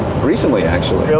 recently actually.